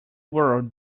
world